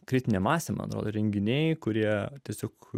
kritinė masė mano renginiai kurie tiesiog